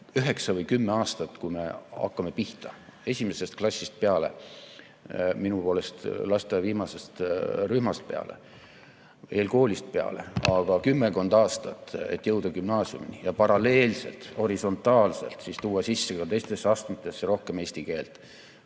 üheksa või kümme aastat, kui me hakkame pihta, esimesest klassist peale, minu poolest lasteaia viimasest rühmast peale, eelkoolist peale, aga kümmekond aastat, et jõuda gümnaasiumini ja paralleelselt, horisontaalselt tuua sisse ka teistesse astmetesse rohkem eesti keelt.